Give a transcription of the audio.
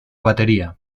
batería